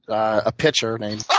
a pitcher named